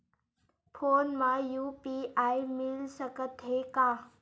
Phone मा UPI मिल सकत हे का?